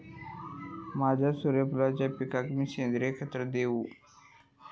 माझ्या सूर्यफुलाच्या पिकाक मी सेंद्रिय खत देवू?